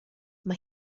mae